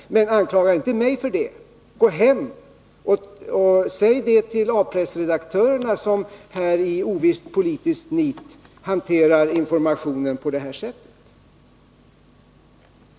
Men anklaga inte mig för det! Gå hem till A-pressredaktörerna, som i ovist politiskt nit hanterar informationen på det här sättet.